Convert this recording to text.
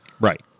Right